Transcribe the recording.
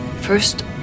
First